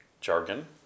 jargon